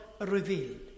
revealed